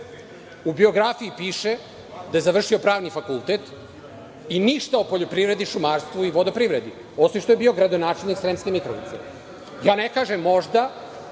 U biografiji piše da je završio Pravni fakultet i ništa o poljoprivredi, šumarstvu i vodoprivredi, osim što je bio gradonačelnik Sremske Mitrovice. Ne kažem, možda